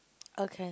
okay